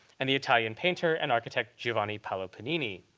and the italian painter and architect, giovanni paolo panini.